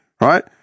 right